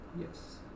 Yes